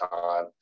time